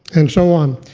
and so on.